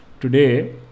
today